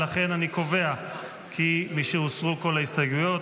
ולכן אני קובע כי משהוסרו כל ההסתייגויות,